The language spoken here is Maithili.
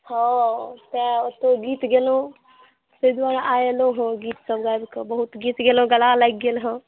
हॅं तैं ओते गीत गेलहुँ ताहि दुआरे आइ एलहुँ हँ गीत सभ गाबिके बहुत गीत गेलहुँ गला लागि गेल हन